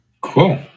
Cool